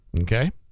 Okay